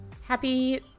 Happy